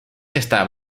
están